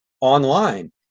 online